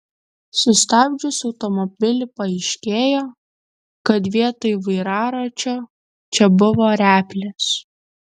sustabdžius automobilį paaiškėjo kad vietoj vairaračio čia buvo replės